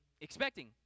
expecting